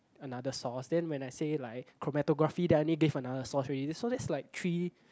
another source then when I say like chromotherapy then I need to give another source already so that's like three